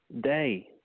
day